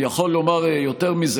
אני יכול לומר יותר מזה,